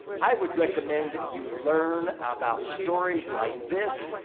i would recommend you learn about stories like this.